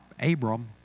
Abram